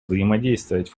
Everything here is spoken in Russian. взаимодействовать